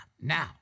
Now